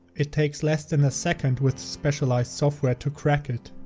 it takes less than a second with specialized software to crack it.